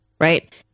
right